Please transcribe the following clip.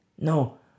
No